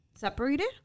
Separated